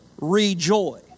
rejoice